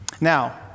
Now